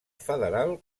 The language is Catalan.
federal